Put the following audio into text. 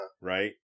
Right